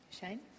Shane